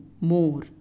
more